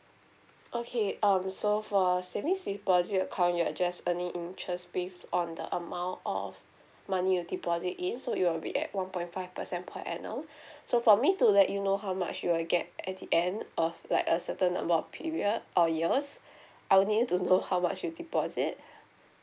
okay um so for savings deposit account you are just earning interest based on the amount of money you deposit in so it will be at one point five percent per annum so for me to let you know how much you will get at the end of like a certain number of period or years I will need you to know how much you deposit